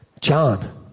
John